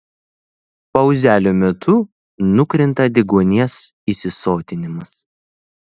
pauzelių metu nukrenta deguonies įsisotinimas